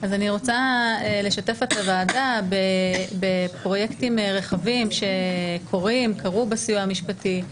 אני רוצה לשתף את הוועדה בפרויקטים רחבים שקורים וקרו בסיוע המשפטי.